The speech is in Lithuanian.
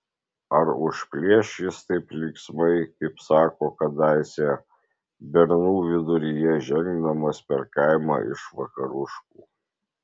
ar užplėš jis taip linksmai kaip sako kadaise bernų viduryje žengdamas per kaimą iš vakaruškų